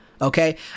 Okay